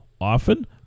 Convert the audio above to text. Often